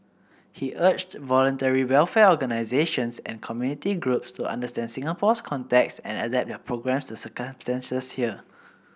he urged Voluntary Welfare Organisations and community groups to understand Singapore's context and adapt their programmes to circumstances here